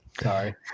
Sorry